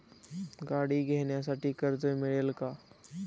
गाडी घेण्यासाठी कर्ज मिळेल का?